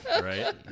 Right